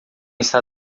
está